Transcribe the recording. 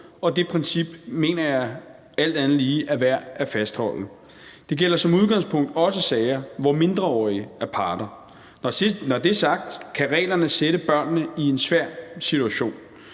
og det princip mener jeg alt andet lige er værd at fastholde. Det gælder som udgangspunkt også sager, hvor mindreårige er parter. Når det er sagt, kan reglerne sætte børnene i en svær situation.